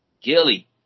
Gilly